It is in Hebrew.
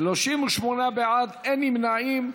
38 בעד, אין נמנעים.